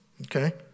okay